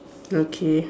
okay